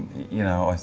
you know,